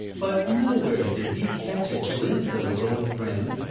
but nowhere did he catch a glimpse of his old friend.